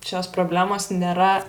šios problemos nėra